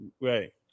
right